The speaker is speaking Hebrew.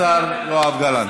השר יואב גלנט.